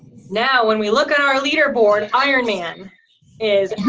now when we look at our leaderboard, ironman is